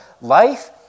life